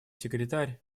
секретарь